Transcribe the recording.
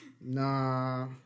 nah